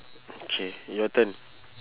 K your turn